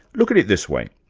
look at at this way.